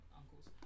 uncles